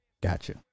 Gotcha